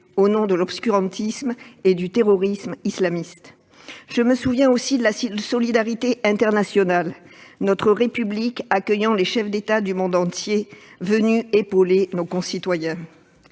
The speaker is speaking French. au nom de l'obscurantisme et du terrorisme islamiste. Je me souviens aussi de la solidarité internationale, notre République accueillant les chefs d'État du monde entier, venus épauler nos concitoyens.